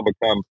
become